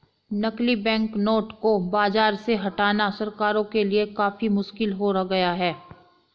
नकली बैंकनोट को बाज़ार से हटाना सरकारों के लिए काफी मुश्किल हो गया है